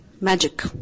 Magic